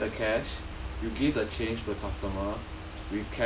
you keep the cash you give the change to the customer